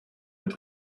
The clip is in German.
mit